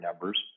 numbers